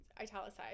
italicized